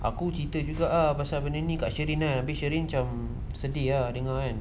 aku cerita juga pasal benda kat sheryn tapi sheryn macam sedih dengar